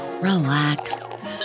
relax